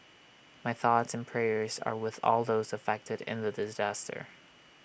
my thoughts and prayers are with all those affected in the disaster